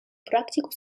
практику